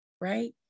right